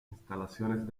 instalaciones